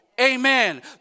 Amen